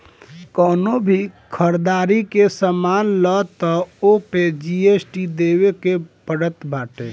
कवनो भी घरदारी के सामान लअ तअ ओपे जी.एस.टी देवे के पड़त बाटे